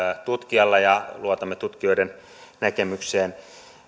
tutkijalla ja luotamme tutkijoiden näkemykseen